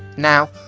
now.